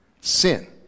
Sin